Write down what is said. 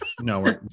No